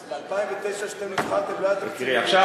ב-2009, כשאתם נבחרתם, לא